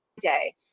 day